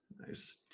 Nice